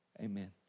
amen